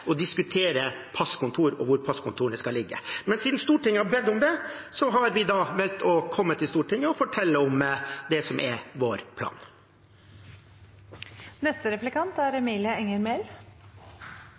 å diskutere passkontor og hvor passkontorene skal ligge, men siden Stortinget har bedt om det, har vi valgt å komme til Stortinget og fortelle om det som er vår